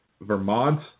Vermont